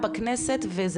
ויש